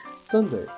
Sunday